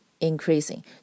increasing